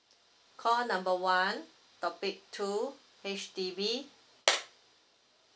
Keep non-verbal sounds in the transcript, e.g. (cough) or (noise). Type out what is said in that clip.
call number one topic two H_D_B (noise)